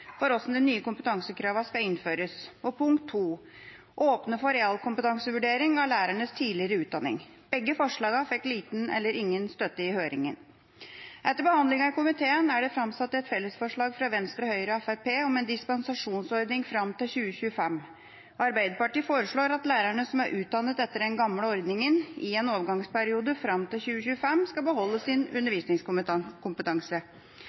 for hvordan de nye kompetansekravene skal innføres å åpne for realkompetansevurdering av lærernes tidligere utdanning Begge forslagene fikk liten eller ingen støtte i høringen. Etter behandlingen i komiteen er det framsatt et fellesforslag fra Venstre og Høyre og Fremskrittspartiet om en dispensasjonsordning fram til 2025. Arbeiderpartiet foreslår at lærerne som er utdannet etter den gamle ordningen, i en overgangsperiode fram til 2025, skal beholde sin